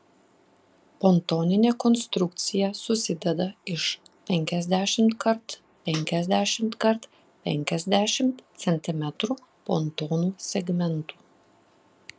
pontoninė konstrukcija susideda iš penkiasdešimt kart penkiasdešimt kart penkiasdešimt centimetrų pontonų segmentų